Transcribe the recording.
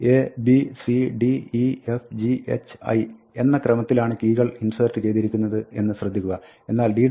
a b c d e f g h i എന്ന ക്രമത്തിലാണ് കീകൾ ഇൻസേർട്ട് ചെയ്തിരിക്കുന്നത് എന്ന് ശ്രദ്ധിക്കുക എന്നാൽ d